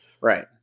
right